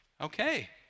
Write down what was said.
Okay